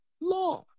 Law